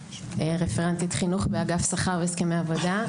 רפרנטית חינוך באגף שכר והסכמי עבודה.